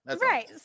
Right